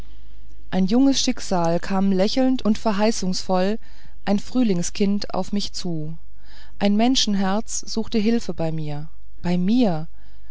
ein junges schicksal kam lächelnd und verheißungsvoll ein frühlingskind auf mich zu ein menschenherz suchte hilfe bei mir bei mir